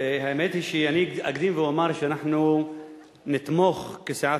האמת היא שאני אקדים ואומר שאנחנו נתמוך כסיעת